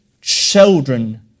children